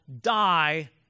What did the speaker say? die